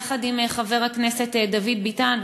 יחד עם חבר הכנסת דוד ביטן,